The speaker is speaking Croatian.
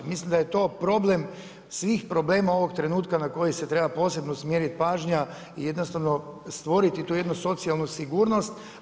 Mislim da je to problem svih problema ovog trenutka na koji se treba posebno usmjeriti pažnja i stvoriti tu jednu socijalnu sigurnost.